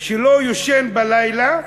שלא ישן בלילה